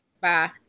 Bye